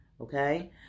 okay